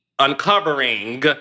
uncovering